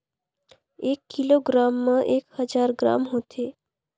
एक किलोग्राम म एक हजार ग्राम होथे